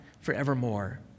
forevermore